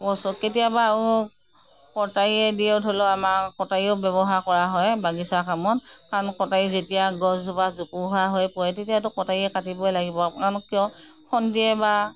কেতিয়াবা কেটাৰীয়ে দিওঁ ধৰিলওক আমাৰ কটাৰীও ব্যৱহাৰ কৰা হয় বাগিচাৰ কামত কাৰণ কটাৰী যেতিয়া গছজোপা জোপোহা হৈ পৰে তেতিয়াতো কটাৰীয়ে কাটিবই লাগিব কাৰণ কিয় খন্তিয়ে বা